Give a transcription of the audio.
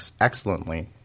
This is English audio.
excellently